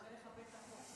קורא לכבד את החוק.